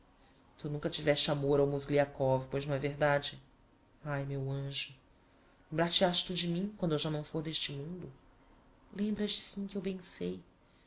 tu nunca tiveste amor ao mozgliakov pois não é verdade ai meu anjo lembrar te has tu de mim quando eu já não fôr d'este mundo lembras sim que eu bem sei